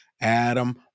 Adam